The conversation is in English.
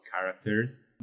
characters